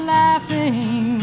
laughing